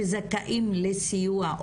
שזכאים לסיוע,